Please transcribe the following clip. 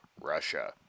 Russia